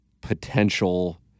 potential